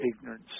ignorance